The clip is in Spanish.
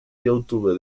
youtube